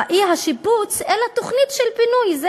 אי-שיפוץ אלא תוכנית של פינוי,